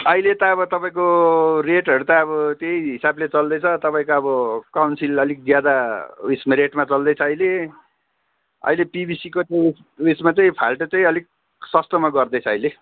अहिले त अब तपाईँको रेटहरू त अब त्यही हिसाबले चल्दैछ तपाईँको एब काउन्सिल अलिक ज्यादा उयेसमा रेटमा चल्दैछ अहिले अहिले पिबिसीको चाहिँ उयेसमा चाहिँ फाल्टो चाहिँ अलिक सस्तोमा गर्दैछ अहिले